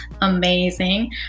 amazing